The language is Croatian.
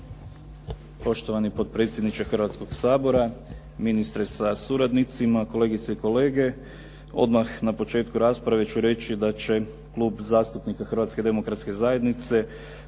Poštovani potpredsjedniče Hrvatskog sabora, ministre sa suradnicima, kolegice i kolege. Odmah na početku rasprave ću reći da će Klub zastupnika Hrvatske demokratske zajednice